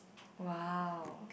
!wow!